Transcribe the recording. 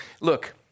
look